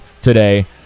today